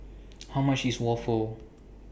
How much IS Waffle